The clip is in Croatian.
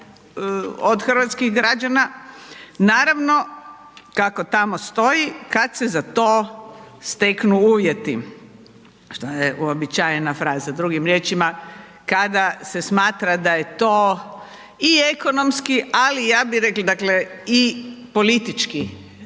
od hrvatskih građana, naravno kako tamo stoji kad se za to steknu uvjeti, šta je uobičajena fraza, drugim riječima kada se smatra da je to i ekonomski, ali ja bi rekla dakle i politički